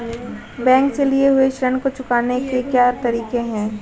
Bank से लिए हुए ऋण को चुकाने के क्या क्या तरीके हैं?